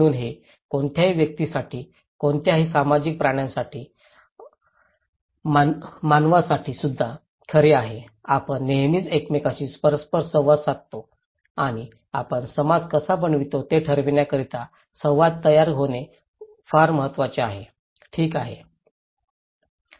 म्हणून हे कोणत्याही व्यक्तीसाठी कोणत्याही सामाजिक प्राण्यांसाठी मानवांसाठीसुद्धा खरे आहे आपण नेहमीच एकमेकांशी परस्पर संवाद साधतो आणि आपण समाज कसा बनवतो हे ठरविण्याकरिता संवाद तयार होणे फार महत्वाचे आहे ठीक आहे